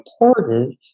important